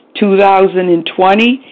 2020